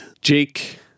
Jake